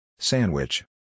Sandwich